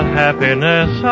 happiness